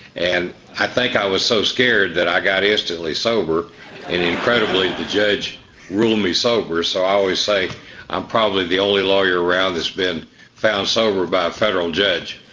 and i think i was so scared that i got instantly sober and incredibly the judge ruled me sober, so i always say i'm probably the only lawyer around that's been found sober by a federal judge.